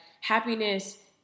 happiness